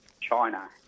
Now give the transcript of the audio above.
China